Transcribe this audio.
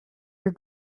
your